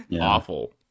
awful